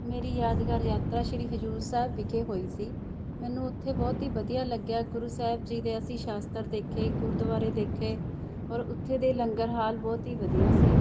ਮੇਰੀ ਯਾਦਗਾਰ ਯਾਤਰਾ ਸ਼੍ਰੀ ਹਜ਼ੂਰ ਸਾਹਿਬ ਵਿਖੇ ਹੋਈ ਸੀ ਮੈਨੂੰ ਉੱਥੇ ਬਹੁਤ ਹੀ ਵਧੀਆ ਲੱਗਿਆ ਗੁਰੂ ਸਾਹਿਬ ਜੀ ਦੇ ਅਸੀਂ ਸ਼ਸਤਰ ਦੇਖੇ ਗੁਰਦੁਆਰੇ ਦੇਖੇ ਔਰ ਉੱਥੇ ਦੇ ਲੰਗਰ ਹਾਲ ਬਹੁਤ ਹੀ ਵਧੀਆ ਸੀ